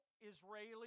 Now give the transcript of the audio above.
Israeli